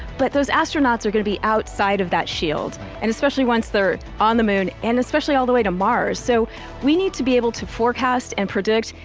but those astronauts are gonna be outside of that shield. right. and especially once they're on the moon and especially all the way to mars. so we need to be able to forecast and predict,